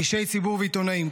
אישי ציבור ועיתונאים,